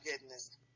goodness